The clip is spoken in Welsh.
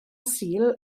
sul